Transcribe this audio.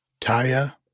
Taya